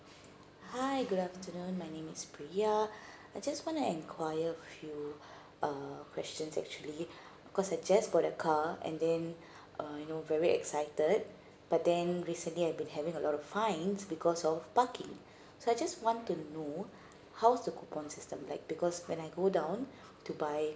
hi good afternoon my name is pria I just wanna inquire with you uh questions actually because I just bought a car and then uh you know very excited but then recently I've been having a lot of fines because of parking so I just want to know how's the coupon system like because when I go down to buy